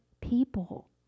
people